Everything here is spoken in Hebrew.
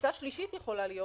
תפיסה שלישית יכולה להיות